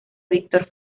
víctor